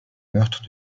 meurtres